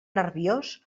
nerviós